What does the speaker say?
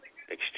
Exchange